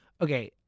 Okay